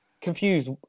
confused